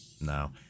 no